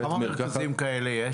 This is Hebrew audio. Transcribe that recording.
בית מרקחת --- כמה מרכזים כאלה יש?